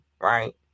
right